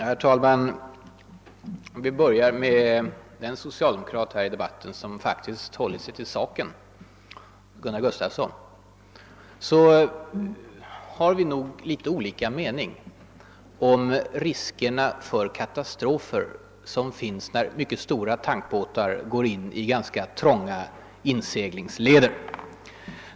Herr talman! Jag skall börja med den socialdemokrat här i debatten som faktiskt har hållit sig till saken, Gunnar Gustafsson. Vi har nog litet olika meningar om de risker för katastrofer som finns när mycket stora tankbåtar går in i ganska trånga inseglingsleder.